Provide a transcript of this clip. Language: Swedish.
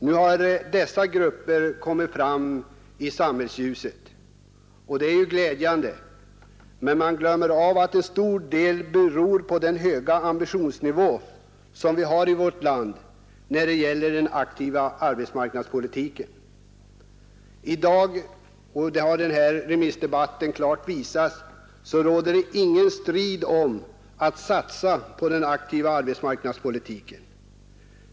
Nu har dessa grupper kommit fram i ljuset. Det är ju glädjande. Men man glömmer bort att det till stor del beror på den höga ambitionsnivå som vi har i vårt land när det gäller den aktiva arbetsmarknadspolitiken. I dag — och det har den här remissdebatten klart visat — råder det ingen strid om att satsa på den aktiva arbetsmarknadspolitiken.